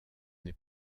n’ai